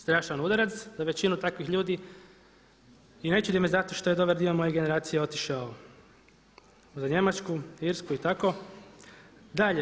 Strašan udarac za većinu takvih ljudi i ne čudi me zato što je dobar dio moje generacije otišao za Njemačku, Irsku i tako dalje.